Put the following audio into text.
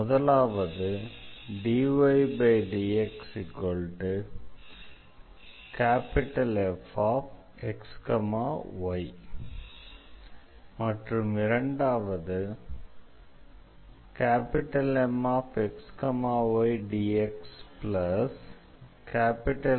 முதலாவது dydxFxy மற்றும் இரண்டாவது MxydxNxydy0